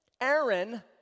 Aaron